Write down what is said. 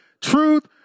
Truth